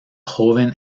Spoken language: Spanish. joven